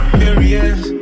curious